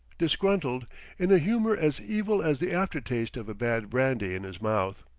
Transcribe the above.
disgruntled in a humor as evil as the after-taste of bad brandy in his mouth.